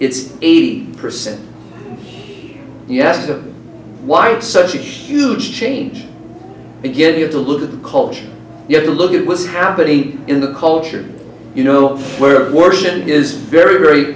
it's eighty percent yet why it's such a huge change again you have to look at the culture you have to look at was happening in the culture you know where worship is very very